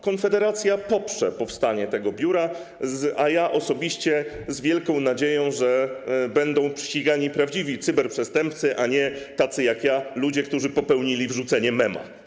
Konfederacja poprze powstanie tego biura, a ja mam wielką nadzieję, że będą ścigani prawdziwi cyberprzestępcy, a nie tacy jak ja, ludzie, którzy popełnili wrzucenie mema.